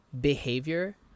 behavior